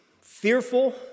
fearful